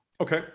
Okay